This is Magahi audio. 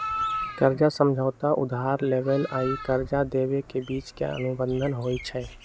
कर्जा समझौता उधार लेबेय आऽ कर्जा देबे के बीच के अनुबंध होइ छइ